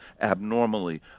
abnormally